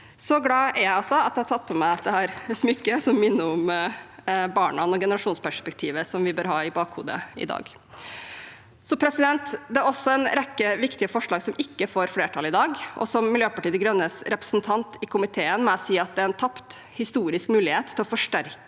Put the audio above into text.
Så glad er jeg altså at jeg har tatt på meg dette smykket som minner meg om barna og generasjonsperspektivet som vi bør ha i bakhodet i dag. Det er også en rekke viktige forslag som ikke får flertall i dag. Som Miljøpartiet De Grønnes representant i komiteen må jeg si det er en tapt historisk mulighet til å forsterke